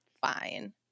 fine